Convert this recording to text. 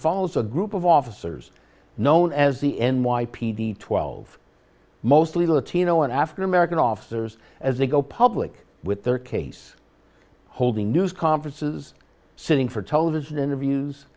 follows a group of officers known as the n y p d twelve mostly latino and african american officers as they go public with their case holding news conferences sitting for television interviews